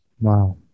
Wow